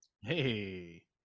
Hey